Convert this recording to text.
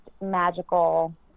magical